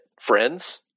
friends